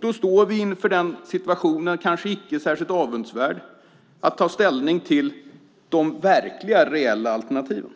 Då står vi inför den kanske icke särskilt avundsvärda situationen att ta ställning till de reella alternativen.